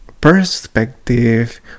perspective